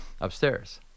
upstairs